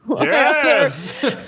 yes